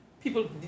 people